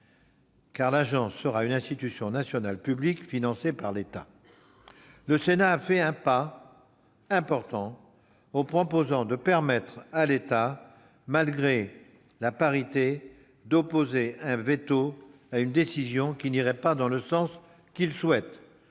que l'agence sera une institution nationale publique, financée par l'État. Le Sénat a fait un pas important en proposant de permettre à l'État, malgré la parité, d'opposer un veto à une décision qui n'irait pas dans le sens qu'il souhaite,